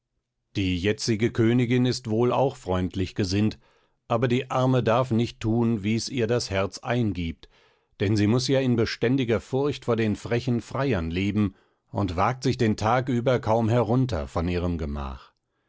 die jetzige königin ist wohl auch freundlich gesinnt aber die arme darf nicht thun wie's ihr das herz eingiebt denn sie muß ja in beständiger furcht vor den frechen freiern leben und wagt sich den tag über kaum herunter von ihrem gemach